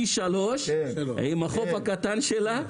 עם החוף הקטן שלה,